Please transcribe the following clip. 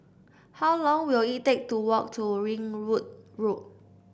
how long will it take to walk to Ringwood Road